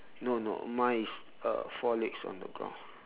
no no mine is uh four legs on the ground